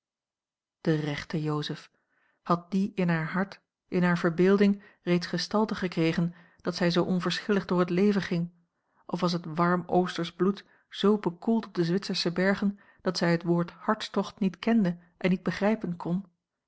de rechte jozef had die in haar hart in hare verbeelding reeds gestalte gekregen dat zij zoo onverschillig door het leven ging of was het warm oostersch bloed zoo bekoeld op de a l g bosboom-toussaint langs een omweg zwitsersche bergen dat zij het woord hartstocht niet kende en niet begrijpen kon